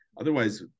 Otherwise